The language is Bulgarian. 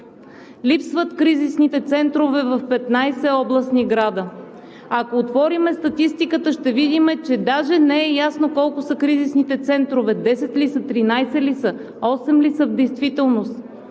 Липсват кризисните центрове в 15 областни града. Ако отворим статистиката, ще видим, че даже не е ясно колко са кризисните центрове – 10 ли са, 13 ли са, 8 ли са в действителност?!